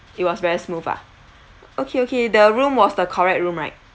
it was very smooth ah okay okay the room was the correct room right